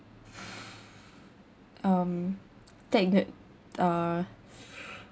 um take th~ uh